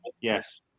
Yes